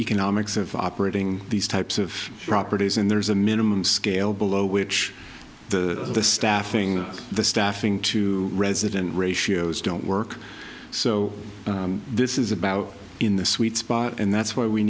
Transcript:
economics of operating these types of properties and there's a minimum scale below which the staffing the staffing to resident ratios don't work so this is about in the sweet spot and that's wh